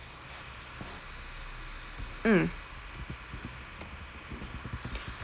mm